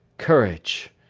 courage,